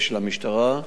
ושל המשטרה,